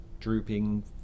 drooping